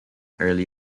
early